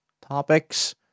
topics